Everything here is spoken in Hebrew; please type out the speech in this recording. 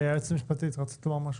היועצת המשפטית, בבקשה.